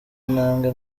intambwe